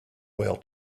whale